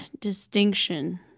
distinction